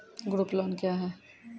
Group loan क्या है?